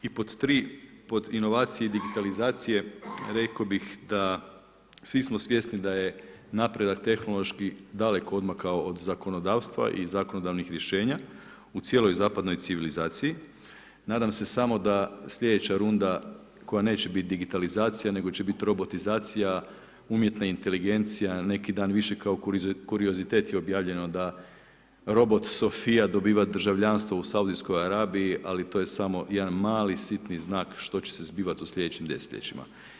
I pod tri, pod inovacije i digitalizacije rekao bih da svi smo svjesni da je napredak tehnološki daleko odmakao od zakonodavstva i zakonodavnih rješenja u cijeloj zapadnoj civilizaciji, nadam se samo da slijedeća runda koja neće biti digitalizacija nego će biti robotizacija, umjetna inteligencija neki dan više kuriozitet je objavljeno da robot Sofia dobiva državljanstvo u Saudijskoj Arabiji ali to je samo jedan mali sitni znak što će se zbivati u slijedećim desetljećima.